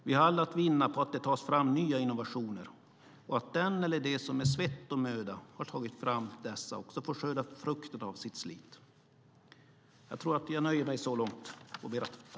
Vi har alla att vinna på att det tas fram nya innovationer och att den eller de som med svett och möda har tagit fram dessa också får skörda frukterna av sitt slit.